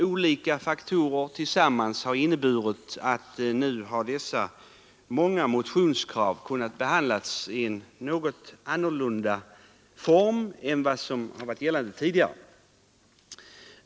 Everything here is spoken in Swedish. Olika faktorer tillsammans har inneburit att dessa många motionskrav nu har kunnat behandlas i en något annan form än tidigare.